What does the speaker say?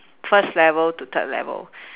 first level to third level